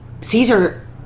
Caesar